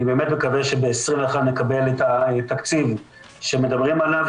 אני באמת מקווה שב-2021 נקבל את התקציב שמדברים עליו,